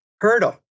hurdle